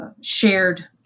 shared